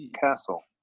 castle